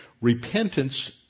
Repentance